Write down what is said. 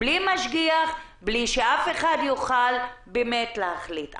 בלי משגיח בלי שאף אחד יוכל באמת להחליט.